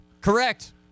Correct